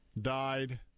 died